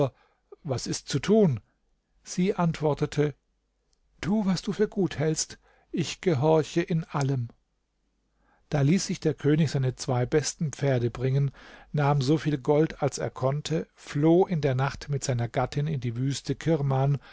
was ist zu tun sie antwortete tu was du für gut hältst ich gehorche in allem da ließ sich der könig seine zwei besten pferd bringen nahm so viel gold als er konnte floh in der nacht mit seiner gattin in die wüste kirman